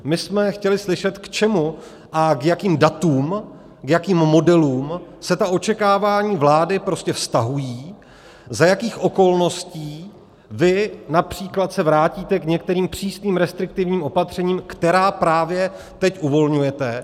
My jsme chtěli slyšet, k čemu a k jakým datům, k jakým modelům se ta očekávání vlády vztahují, za jakých okolností vy například se vrátíte k některým přísným restriktivním opatřením, která právě teď uvolňujete.